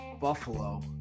Buffalo